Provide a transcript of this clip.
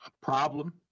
problem